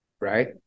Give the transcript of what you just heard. right